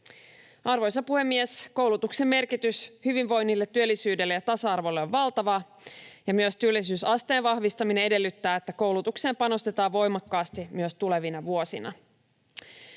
Arvoisa puhemies! Koulutuksen merkitys hyvinvoinnille, työllisyydelle ja tasa-arvolle on valtava, ja myös työllisyysasteen vahvistaminen edellyttää, että koulutukseen panostetaan voimakkaasti myös tulevina vuosina.